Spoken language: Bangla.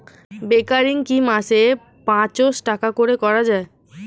রেকারিং কি মাসে পাঁচশ টাকা করে করা যায়?